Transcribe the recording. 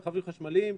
רכבים חשמליים,